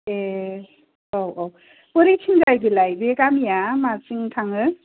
ए औ औ बबेथिंजाय बेलाय बे गामिया बबेथिं थाङो